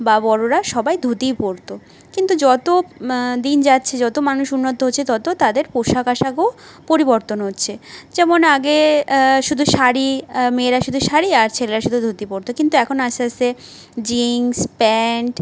বা বড়োরা সবাই ধুতিই পরতো কিন্তু যত দিন যাচ্ছে যত মানুষ উন্নত হচ্ছে ততো তাদের পোশাক আসাকও পরিবর্তন হচ্ছে যেমন আগে শুধু শাড়ি মেয়েরা শুধু শাড়ি আর ছেলেরা শুধু ধুতি পরতো কিন্তু এখন আস্তে আস্তে জিন্স প্যান্ট